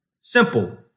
Simple